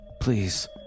Please